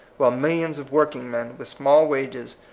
while mil lions of workingmen, with small wages,